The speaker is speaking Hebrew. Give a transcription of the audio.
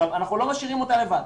אנחנו לא משאירים אותה לבד.